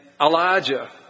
Elijah